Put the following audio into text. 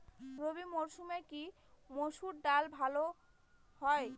রবি মরসুমে কি মসুর ডাল চাষ ভালো হয়?